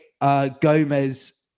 Gomez